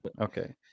Okay